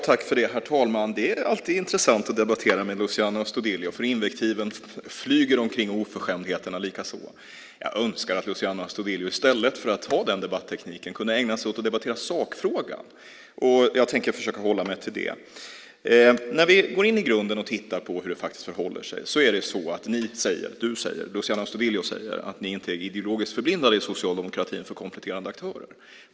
Herr talman! Det är alltid intressant att debattera med Luciano Astudillo. Invektiven flyger omkring, och oförskämdheterna likaså. Jag önskar att Luciano Astudillo i stället för att ha den debattekniken kunde ägna sig åt att debattera sakfrågan. Jag tänker försöka hålla mig till den. När vi går in i grunden och tittar på hur det faktiskt förhåller sig säger Luciano Astudillo att ni inte är ideologiskt förblindade i socialdemokratin för kompletterande aktörer.